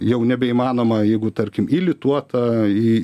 jau nebeįmanoma jeigu tarkim įlituota į